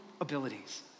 abilities